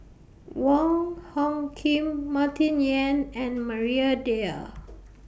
Wong Hung Khim Martin Yan and Maria Dyer